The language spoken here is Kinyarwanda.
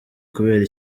kubera